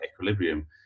equilibrium